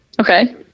Okay